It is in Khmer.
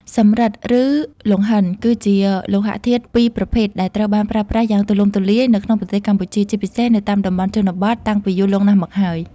សំរឹទ្ធ ឬ លង្ហិនគឺជាលោហៈធាតុពីរប្រភេទដែលត្រូវបានប្រើប្រាស់យ៉ាងទូលំទូលាយនៅក្នុងប្រទេសកម្ពុជា ជាពិសេសនៅតាមតំបន់ជនបទ តាំងពីយូរលង់ណាស់មកហើយ។